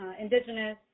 indigenous